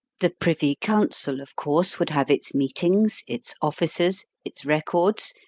the privy council, of course, would have its meetings, its officers, its records,